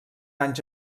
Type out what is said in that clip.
anys